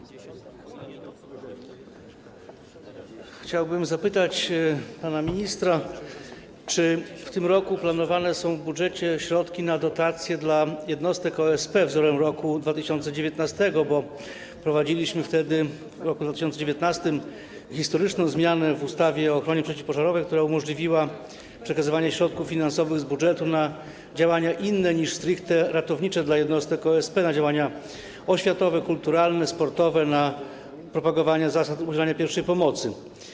Chciałbym zapytać pana ministra, czy w tym roku planowane są w budżecie środki na dotacje dla jednostek OSP wzorem roku 2019, bo wprowadziliśmy wtedy, w roku 2019, historyczną zmianę w ustawie o ochronie przeciwpożarowej, która umożliwiła przekazywanie środków finansowych z budżetu na działania inne niż stricte ratownicze dla jednostek OSP - na działania oświatowe, kulturalne, sportowe, na propagowanie zasad udzielania pierwszej pomocy.